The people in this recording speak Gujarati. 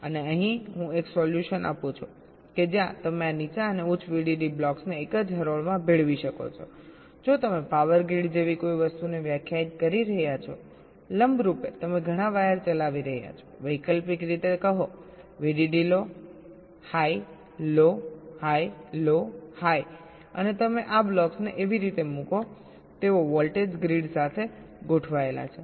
અને અહીં હું એ સોલ્યુશન આપું છું કે જ્યાં તમે આ નીચા અને ઉચ્ચ VDD બ્લોક્સને એક જ હરોળમાં ભેળવી શકોજેમ તમે પાવર ગ્રીડ જેવી કોઈ વસ્તુને વ્યાખ્યાયિત કરી રહ્યા છો લંબરૂપે તમે ઘણા વાયર ચલાવી રહ્યા છો વૈકલ્પિક રીતે કહો VDD low high low high low high અને તમે આ બ્લોક્સને એવી રીતે મૂકો તેઓ વોલ્ટેજ ગ્રીડ સાથે ગોઠવાયેલા છે